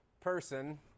person